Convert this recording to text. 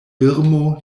birmo